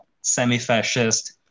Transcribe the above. semi-fascist